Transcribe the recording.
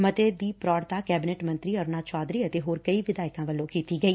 ਮਤੇ ਦੀ ਪ੍ਰੋੜਤਾ ਕੈਬਿਨੇਟ ਮੰਤਰੀ ਅਰੁਣਾ ਚੌਧਰੀ ਅਤੇ ਹੋਰ ਕਈ ਵਿਧਾਇਕ ਵਲੋ ਕੀਤੀ ਗਈ